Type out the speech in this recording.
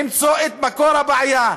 למצוא את מקור הבעיה,